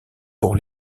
pour